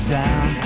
down